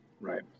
Right